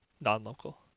non-local